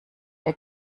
der